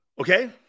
Okay